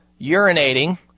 urinating